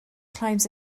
climbs